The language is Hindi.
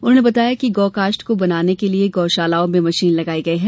उन्होंने बताया कि गौ काष्ठ को बनाने के लिए गौ शालाओ में मशीन लगाई गई हैं